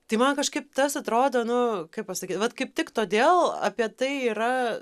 tai man kažkaip tas atrodo nu kaip pasakyt vat kaip tik todėl apie tai yra